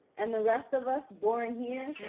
and the rest of us born here,